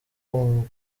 umwanda